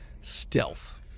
Stealth